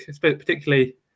particularly